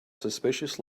suspicious